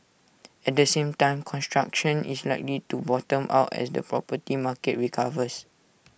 at the same time construction is likely to bottom out as the property market recovers